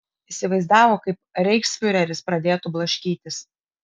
įsivaizdavo kaip reichsfiureris pradėtų blaškytis